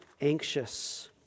anxious